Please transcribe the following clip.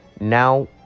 now